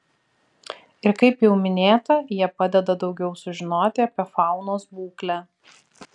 ir kaip jau minėta jie padeda daugiau sužinoti apie faunos būklę